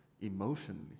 emotionally